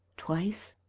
twice,